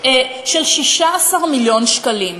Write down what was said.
של 16 מיליון שקלים,